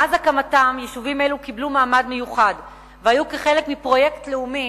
מאז הקמתם קיבלו יישובים אלו מעמד מיוחד והיו חלק מפרויקט לאומי,